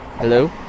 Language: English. Hello